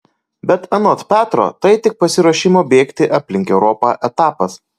bet anot petro tai tik pasiruošimo bėgti aplink europą etapas